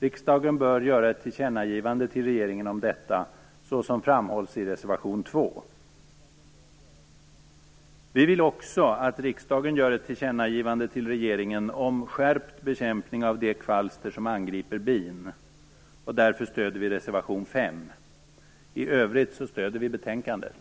Riksdagen bör göra ett tillkännagivande till regeringen om detta såsom framhålls i reservation 2. Vi vill också att riksdagen gör ett tillkännagivande till regeringen om skärpt bekämpning av de kvalster som angriper bin. Därför stöder vi reservation 5. I övrigt stöder vi betänkandet.